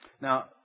Now